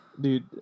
Dude